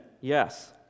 Yes